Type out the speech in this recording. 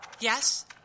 Yes